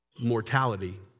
mortality